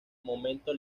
momento